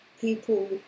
people